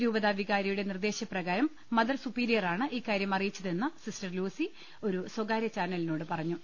രൂപത വികാരിയുടെ നിർദേശപ്രകാരം മദർസുപ്പീരിയറാണ് ഇക്കാര്യം അറിയിച്ചതെന്ന് സിസ്റ്റർ ലൂസി സ്വകാര്യ ചാനലിനോട് പറഞ്ഞു